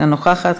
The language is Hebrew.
אינה נוכחת,